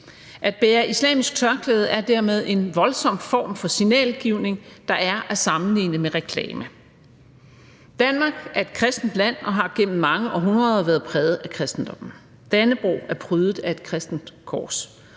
At bære et islamisk tørklæde er dermed en voldsom form for signalgivning, der er at sammenligne med reklamer. Danmark er et kristent land, og det har gennem mange århundreder været præget af kristendommen. Dannebrog er prydet af et kristent kors,